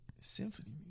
Symphony